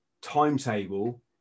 timetable